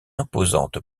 imposante